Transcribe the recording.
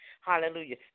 Hallelujah